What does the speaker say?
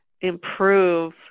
improve